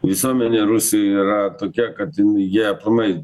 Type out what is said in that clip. visuomenė rusijoj yra tokia kad ten jie aplamai